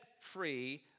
free